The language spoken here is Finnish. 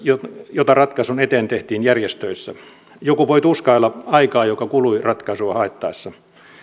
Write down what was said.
jota ratkaisun eteen tehtiin järjestöissä joku voi tuskailla aikaa joka kului ratkaisua haettaessa